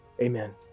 Amen